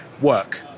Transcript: work